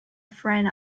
friend